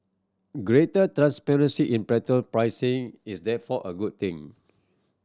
greater transparency in petrol pricing is therefore a good thing